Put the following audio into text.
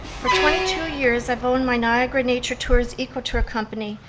for twenty two years, i've owned my niagara nature tours eco tour company,